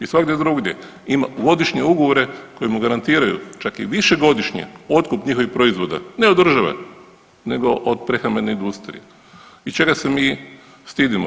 i svagdje drugdje ima godišnje ugovore koji mu garantiraju, čak i višegodišnje otkup njihovih proizvoda, ne od države, nego od prehrambene industrije i čega se mi stidimo?